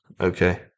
Okay